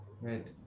right